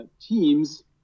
Teams